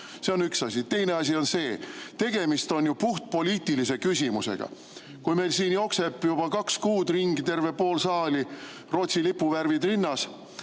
See on üks asi. Teine asi on see, et tegemist on ju puhtpoliitilise küsimusega. Kui meil siin juba kaks kuud jookseb pool saali ringi, Rootsi lipu värvid rinnas,